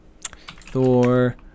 Thor